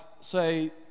say